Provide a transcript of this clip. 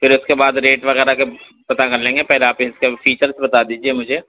پھر اس کے بعد ریٹ وغیرہ کے پتہ کر لیں گے پہلے آپ اس کے فیچرس بتا دیجیے مجھے